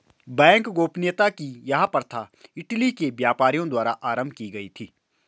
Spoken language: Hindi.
बैंक गोपनीयता की यह प्रथा इटली के व्यापारियों द्वारा आरम्भ की गयी थी